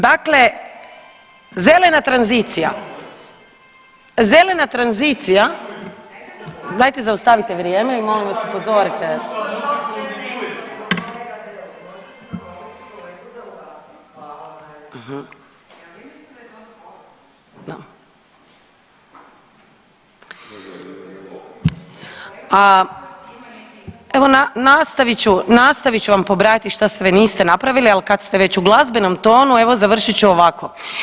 Dakle, zelena tranzicija, zelena tranzicija, dajte zaustavite vrijeme i molim vas upozorite, evo nastavit ću, nastavit ću vam pobrajati šta sve niste napravili ali kad ste već u glazbenom tonu, evo završit ću ovako.